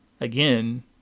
again